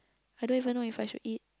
I don't even know if I should eat